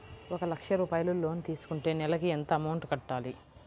ఒక లక్ష రూపాయిలు లోన్ తీసుకుంటే నెలకి ఎంత అమౌంట్ కట్టాలి?